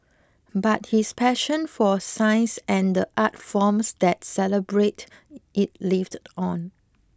but his passion for science and the art forms that celebrate it lived on